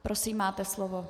Prosím, máte slovo.